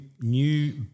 new